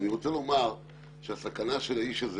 אני רוצה לומר שהסכנה של האיש הזה,